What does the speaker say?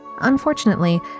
Unfortunately